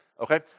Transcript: okay